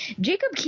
Jacob